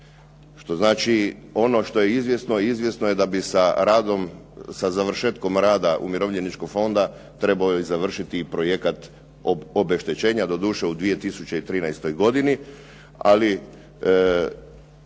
Što znači da ono što je izvjesno izvjesno je da bi sa završetkom rada Umirovljeničkog fonda trebao i završiti projekat obeštećenja doduše u 2013. godini ali